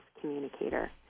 communicator